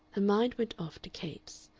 her mind went off to capes.